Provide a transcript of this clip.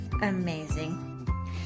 amazing